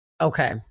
okay